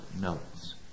notes